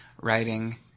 writing